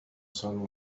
sun